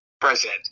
Present